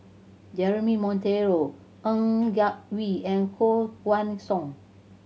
Jeremy Monteiro Ng Yak Whee and Koh Guan Song